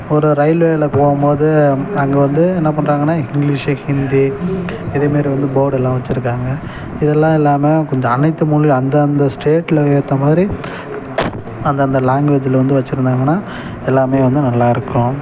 ஒரு ரயில்வேலில் போகும் போது அங்கே வந்து என்னா பண்ணுறாங்கன்னா இங்கிலீஷு ஹிந்தி இதே மாரி வந்து போர்டு எல்லாம் வச்சுருக்காங்க இதுலாம் இல்லாமல் கொஞ்சம் அனைத்து மொழி அந்தந்த ஸ்டேட்லேயே ஏற்றமாதிரி அந்தந்த லாங்வேஜில் வந்து வச்சுருந்தாங்கனா எல்லாம் வந்து நல்லாயிருக்கும்